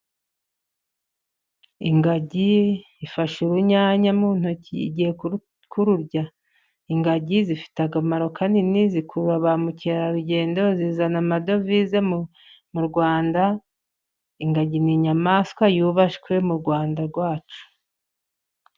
Ingagi ifashe urunyanya mu ntoki igiye kururya. Ingagi zifite akamaro kanini , zikurura ba mukerarugendo, zizana amadovize mu Rwanda. Ingagi ni inyamaswa yubashywe mu Rwanda rwacu.